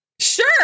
Sure